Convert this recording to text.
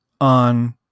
on